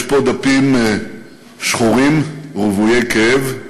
יש פה דפים שחורים ורוויי כאב,